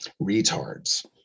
retards